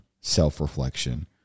self-reflection